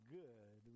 good